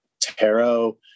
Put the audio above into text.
tarot